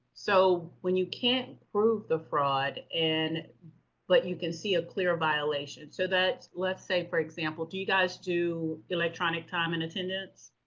so, when you can't prove the fraud, and but you can see a clear violation so that's, let's say for example, do you guys do electronic time and attendance?